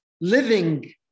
Living